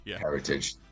heritage